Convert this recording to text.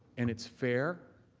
and it is fair,